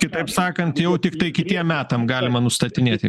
kitaip sakant jau tiktai kitiem metam galima nustatinėti